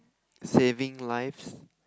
saving lives